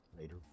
Later